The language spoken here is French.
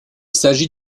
s’agit